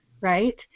right